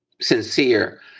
sincere